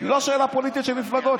לא שאלה פוליטית של מפלגות.